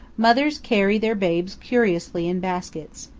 mothers carry their babes curiously in baskets.